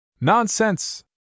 Nonsense